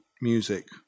music